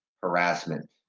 harassment